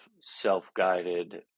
self-guided